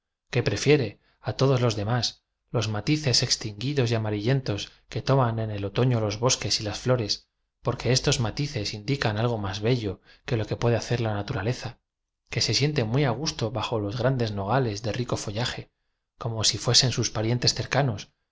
que prefiere a todos los de más los matices extinguidos y amarillentos que te nían en el otofio los bosques y las flores porque estos matices indican ago más bello que lo puede hacer la naturaleza que se siente muy á gusto bajo los gran des nogales de rico follaje como si fuesen sus parien tes cercanos